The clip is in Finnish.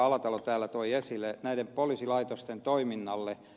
alatalo täällä toi esille näiden poliisilaitosten toimintaan